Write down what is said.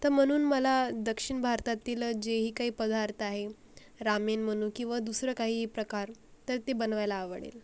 तर म्हणून मला दक्षिण भारतातील जेही काही पदार्थ आहे रामेन म्हणू किंवा दुसरं काही प्रकार तर ते बनवायला आवडेल